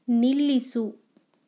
ನಿಲ್ಲಿಸು